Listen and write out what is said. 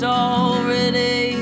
already